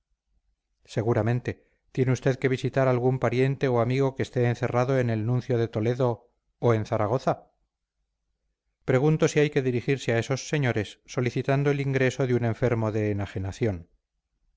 seguramente tiene usted que visitar a algún pariente o amigo que esté encerrado en el nuncio de toledo o en zaragoza pregunto si hay que dirigirse a esos señores solicitando el ingreso de un enfermo de enajenación